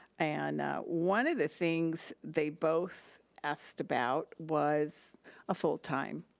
and one of the things they both asked about was a full time